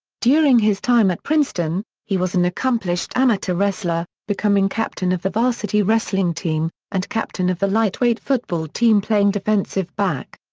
during his time at princeton, he was an accomplished amateur wrestler, becoming captain of the varsity wrestling team, and captain of the lightweight football team playing defensive back.